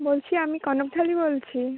বলছি আমি কনকঢালি বলছি